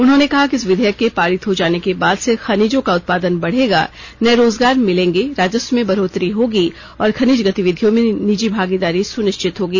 उन्होंने कहा कि इस विधेयक के पारित हो जाने के बाद से खनिजों का उत्पादन बढ़ेगा नए रोजगार मिलेंगे राजस्व में बढ़ोतरी होगी और खनिज गतिविधियों में निजी भागीदारी सुनिश्चित होगी